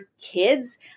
kids